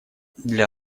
для